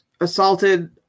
assaulted